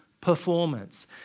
performance